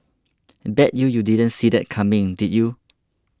bet you you didn't see that coming did you